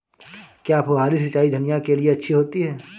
क्या फुहारी सिंचाई धनिया के लिए अच्छी होती है?